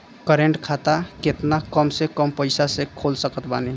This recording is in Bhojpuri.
करेंट खाता केतना कम से कम पईसा से खोल सकत बानी?